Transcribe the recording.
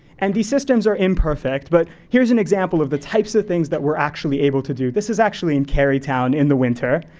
and these systems are imperfect, but here's an example of the types of things that we're actually able to do. this is actually in carytown in the winter,